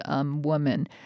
woman